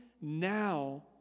now